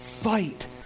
fight